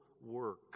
work